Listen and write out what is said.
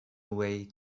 way